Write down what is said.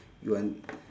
you want